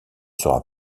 sera